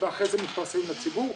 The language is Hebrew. ואחרי זה מתפרסם לציבור.